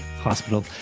hospital